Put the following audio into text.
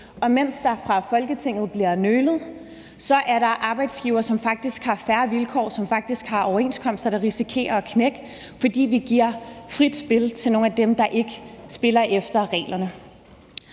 og mens der fra Folketingets side bliver nølet, er der arbejdsgivere, som faktisk har fair vilkår, og som har overenskomster, der risikerer at knække, fordi vi giver frit spil til nogle af dem, der ikke spiller efter reglerne,